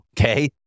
okay